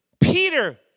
Peter